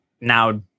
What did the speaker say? now